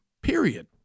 period